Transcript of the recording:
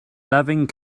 loving